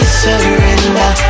surrender